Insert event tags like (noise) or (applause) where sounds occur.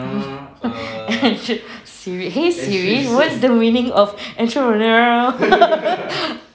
(laughs) entre~ SIRI hey SIRI what's the meaning of entrepreneurial (laughs)